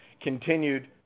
continued